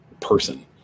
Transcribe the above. person